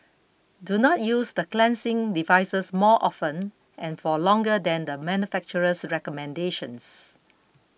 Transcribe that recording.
do not use the cleansing devices more often and for longer than the manufacturer's recommendations